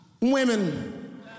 women